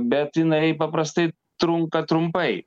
bet jinai paprastai trunka trumpai